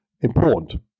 important